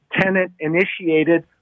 tenant-initiated